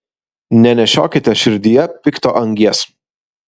nenešiokite širdyje pikto angies